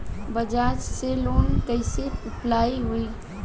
बजाज से लोन कईसे अप्लाई होई?